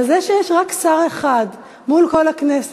אבל זה שיש רק שר אחד מול כל הכנסת,